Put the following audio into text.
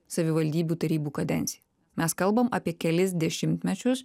savivaldybių tarybų kadenciją mes kalbam apie kelis dešimtmečius